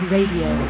Radio